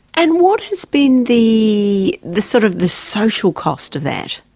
and what has been the the sort of the social cost of that?